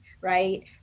right